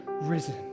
risen